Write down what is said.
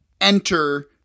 enter –